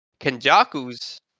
Kenjaku's